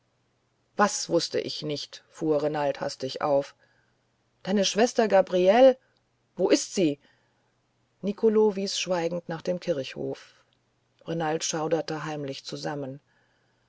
was wußt ich nicht fuhr renald hastig auf deine schwester gabriele wo ist sie nicolo wies schweigend nach dem kirchhof renald schauderte heimlich zusammen